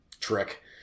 trick